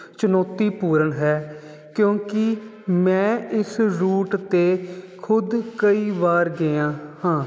ਚੁਣੌਤੀਪੂਰਨ ਹੈ ਕਿਉਂਕਿ ਮੈਂ ਇਸ ਰੂਟ 'ਤੇ ਖੁਦ ਕਈ ਵਾਰ ਗਿਆ ਹਾਂ